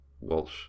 Walsh